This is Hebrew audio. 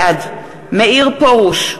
בעד מאיר פרוש,